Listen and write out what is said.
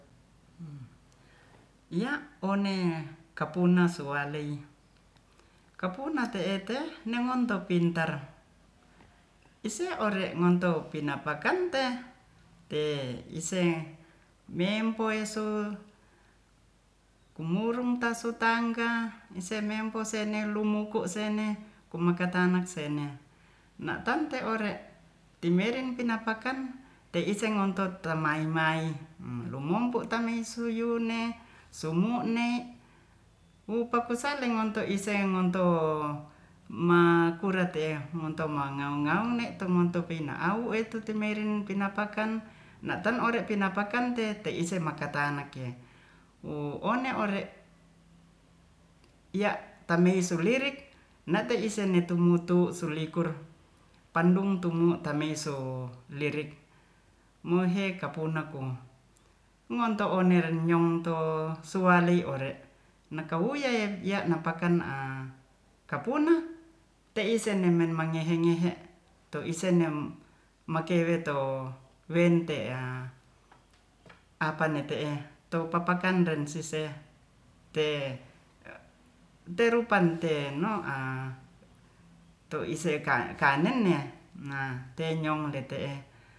ya'one kapunasoalei kapuna te'ete negonto pintar isei ore' ngontou pina'pakan te te ingse mempoeso kumurungtasu tangga esememposenelumuku sene kumakatana'sene na'tante ore timeireng pinapakan te'iseng ngontotemai-mai hu lumumpu tamaisuyune sumu'ne wupakusale ngonto iseng ngonto makura te'e monto mangaung-ngaung ne'tumonto peina awu e tuteimeiren pinapakan na'tan ore pinapakan te teise makatana'ke wu one ore' ya'tameisu lirik nateisene tumutu sulikur pandungtu'mu tameiso lirik mohe kapuna kong ngonto o'nere nyong to suwali ore' nakawuyaiye ya'napakan a kapuna te'isenemen mangehe-ngehe toisene makeweto wente'a apane'te'e toupapakan rensise te'rupante no'a tu ise kan-kannene ha tenyong dete'e